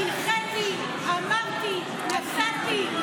הנחתי, אמרתי, נסעתי,